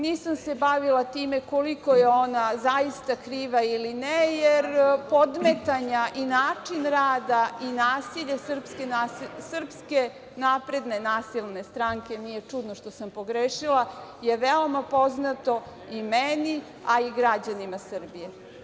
Nisam se bavila time koliko je ona zaista kriva ili ne, jer, podmetanja i način rada i nasilje Srpske napredne, nasilne stranke, nije čudno što sam pogrešila, je veoma poznato i meni, a i građanima Srbije.